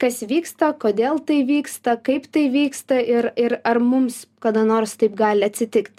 kas vyksta kodėl tai vyksta kaip tai vyksta ir ir ar mums kada nors taip gali atsitikt